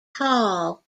hall